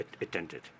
attended